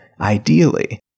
ideally